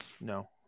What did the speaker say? No